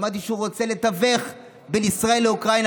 שמעתי שהוא רוצה לתווך בין ישראל לאוקראינה,